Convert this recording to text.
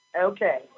Okay